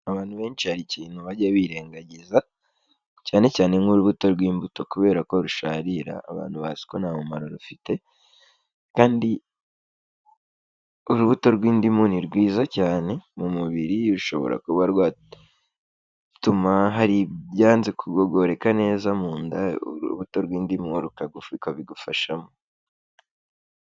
Abantu benshi hari ikintu bajya birengagiza cyane cyane nk'urubuto rw'imbuto kubera ko rusharira abantu bazi ko nta mumaro rufite, kandi urubuto rw'indimu ni rwiza cyane mu mubiri rushobora kuba rwatuma hari ibyanze kugogoreka neza mu nda urubuto rw'indimu rukabigufashamo.